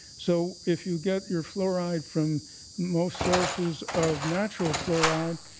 so if you get your fluoride from most sources of natural fluoride,